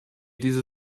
diese